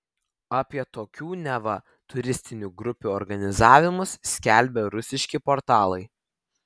apie tokių neva turistinių grupių organizavimus skelbė rusiški portalai